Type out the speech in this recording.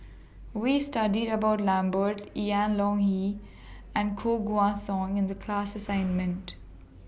We studied about Lambert Ian Ong Li and Koh Guan Song in The class assignment